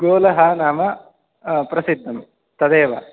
गोलः नाम प्रसिद्धं तदेव